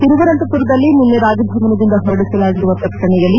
ತಿರುವನಂತಪುರದಲ್ಲಿ ನಿನ್ನೆ ರಾಜಭವನದಿಂದ ಹೊರಡಿಸಲಾಗಿರುವ ಪ್ರಕಟಣೆಯಲ್ಲಿ